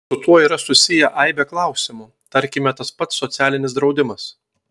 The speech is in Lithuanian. su tuo yra susiję aibė klausimų tarkime tas pats socialinis draudimas